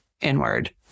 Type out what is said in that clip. inward